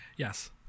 Yes